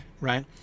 right